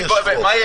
יודע